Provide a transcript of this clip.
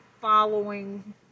following